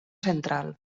central